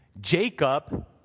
Jacob